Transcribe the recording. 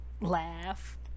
laugh